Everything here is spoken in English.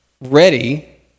ready